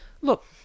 look